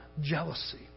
jealousy